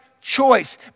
choice